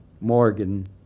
morgan